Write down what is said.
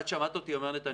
את שמעת אותי אומר נתניהו?